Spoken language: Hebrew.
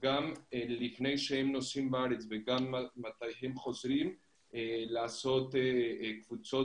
גם לפני שהם נוסעים לארץ וגם כשהם חוזרים לעשות קבוצות,